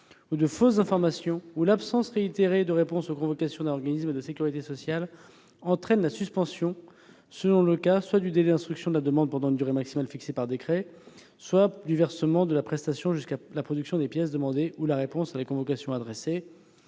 ou de fausses informations ou l'absence réitérée de réponse aux convocations d'un organisme de sécurité sociale entraînent la suspension, selon le cas, soit du délai d'instruction de la demande pendant une durée maximale fixée par décret, soit du versement de la prestation jusqu'à la production des pièces demandées ou la réponse à la convocation adressée.